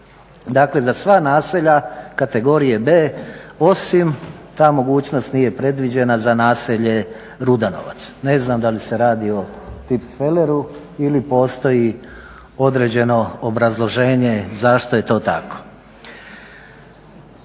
Dakle, za sva naselja kategorije B osim ta mogućnost nije predviđena za naselje Rudanovac. Ne znam da li se radi o tipfeleru ili postoji određeno obrazloženje zašto je to tako.